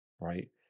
right